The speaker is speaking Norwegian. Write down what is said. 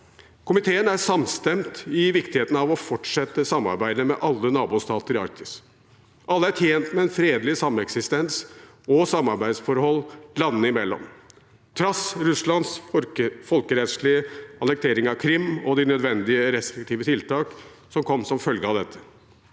Komiteen er samstemt i viktigheten av å fortsette samarbeidet med alle nabostater i Arktis. Alle er tjent med en fredelig sameksistens og samarbeidsforhold landene imellom, trass i Russlands folkerettsstridige annektering av Krim og de nødvendige restriktive tiltakene som kom som følge av dette.